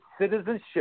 citizenship